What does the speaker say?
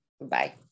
Bye